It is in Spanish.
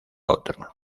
otro